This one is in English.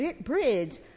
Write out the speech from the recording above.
Bridge